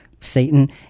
Satan